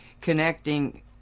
connecting